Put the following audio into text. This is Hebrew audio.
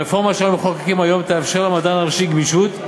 הרפורמה שאנחנו מחוקקים היום תאפשר למדען הראשי גמישות,